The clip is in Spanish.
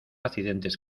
accidentes